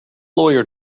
lawyer